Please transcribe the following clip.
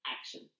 action